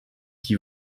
qui